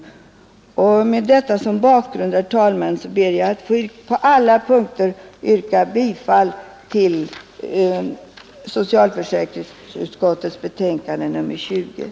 Därför ber jag, fru talman, att få yrka bifall till utskottets hemställan på alla punkter.